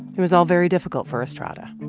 it was all very difficult for estrada.